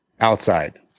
outside